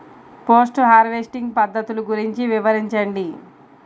Post harvesting పద్ధతులు గురించి వివరించండి?